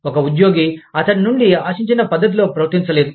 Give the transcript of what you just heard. ఒక ఉద్యోగి అతని నుండి ఆశించిన పద్ధతిలో ప్రవర్తించలేదు